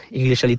English